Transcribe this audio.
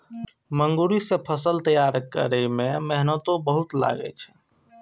मूंगरी सं फसल तैयार करै मे मेहनतो बहुत लागै छै